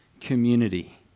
community